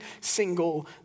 single